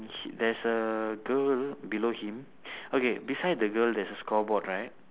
shit there's a girl below him okay beside the girl there's a scoreboard right